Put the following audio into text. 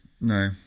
no